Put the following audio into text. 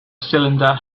cylinder